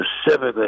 specifically